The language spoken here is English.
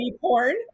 porn